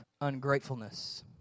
ungratefulness